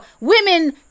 women